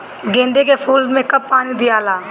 गेंदे के फूल मे कब कब पानी दियाला?